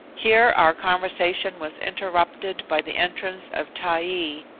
here our conversation was interrupted by the entrance of taee,